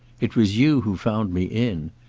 it was you who found me in.